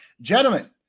gentlemen